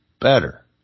better